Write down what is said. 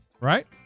Right